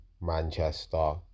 Manchester